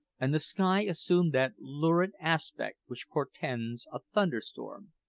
and the sky assumed that lurid aspect which portends a thunderstorm.